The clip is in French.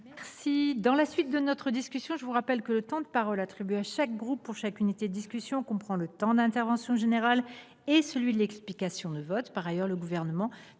instants. Mes chers collègues, je vous rappelle que le temps de parole attribué à chaque groupe pour chaque unité de discussion comprend le temps de l’intervention générale et celui de l’explication de vote. Par ailleurs, le Gouvernement